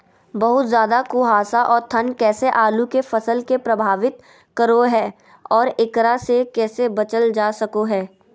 बहुत ज्यादा कुहासा और ठंड कैसे आलु के फसल के प्रभावित करो है और एकरा से कैसे बचल जा सको है?